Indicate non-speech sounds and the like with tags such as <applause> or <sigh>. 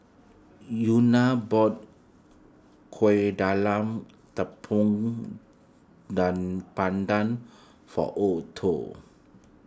Euna bought Kuih Talam Tepong <unintelligible> Pandan for Otho